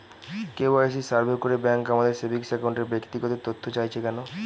KYC survey করে bank আমাদের saving অ্যাকাউন্টের ব্যক্তিগত তথ্য চাইছে কেন?